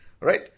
right